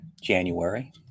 January